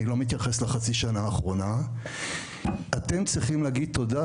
אני לא מתייחס לחצי השנה האחרונה צריכים להגיד תודה,